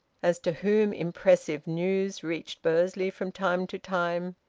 as to whom impressive news reached bursley from time to time,